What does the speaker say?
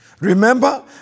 Remember